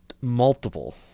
multiple